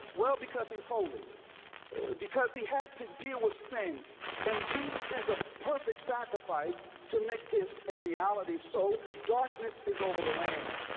well because he's holy because he had to deal with sin and jesus is the perfect sacrifice to make this a reality so darkness is over the land,